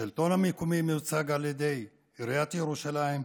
השלטון המקומי יוצג על ידי עיריית ירושלים,